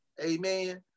Amen